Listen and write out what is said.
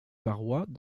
barrois